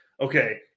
okay